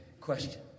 question